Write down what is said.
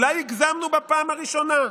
אולי הגזמנו בפעם הראשונה,